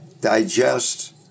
digest